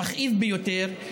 המכאיב ביותר,